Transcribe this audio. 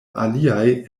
aliaj